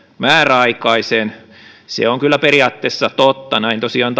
määräaikaisen se on kyllä periaatteessa totta näin tosiaan